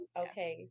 Okay